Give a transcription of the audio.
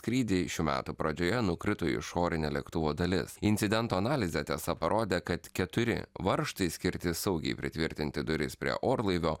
skrydį šių metų pradžioje nukrito išorinė lėktuvo dalis incidentų analizė tiesa parodė kad keturi varžtai skirti saugiai pritvirtinti duris prie orlaivio